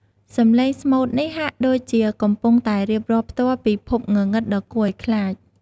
សំឡេងស្មូតនេះហាក់ដូចជាកំពុងតែរៀបរាប់ផ្ទាល់ពីភពងងឹតដ៏គួរឲ្យខ្លាច។